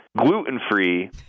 gluten-free